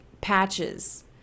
patches